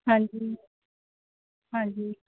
ਹਾਂਜੀ ਹਾਂਜੀ